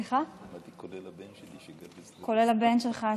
כולל הבן שלי, כולל הבן שלך,